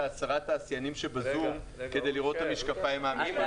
את עשרת התעשיינים שבזום כדי לראות את המשקפיים האמיתיות.